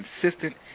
consistent